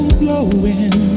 blowing